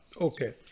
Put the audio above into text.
Okay